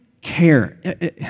care